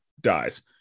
dies